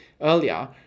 earlier